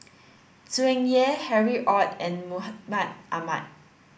Tsung Yeh Harry Ord and Mahmud Ahmad